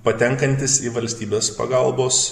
patenkantis į valstybės pagalbos